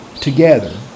together